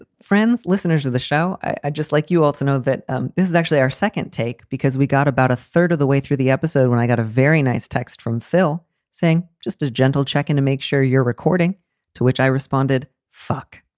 friends, listeners of the show. i just like you also know that this is actually our second take because we got about a third of the way through the episode when i got a very nice text from phil saying just a gentle checking to make sure you're recording to which i responded. fuck.